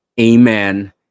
Amen